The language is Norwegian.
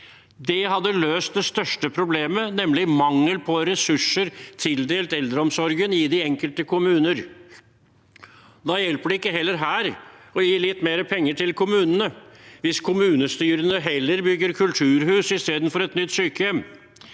Det hadde løst det største problemet, nemlig mangel på ressurser tildelt eldreomsorgen i de enkelte kommuner. Det hjelper ikke her å gi litt mer penger til kommunene hvis kommunestyrene heller bygger kulturhus istedenfor et nytt sykehjem,